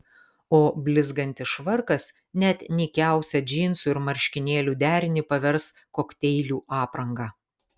o blizgantis švarkas net nykiausią džinsų ir marškinėlių derinį pavers kokteilių apranga